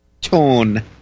tone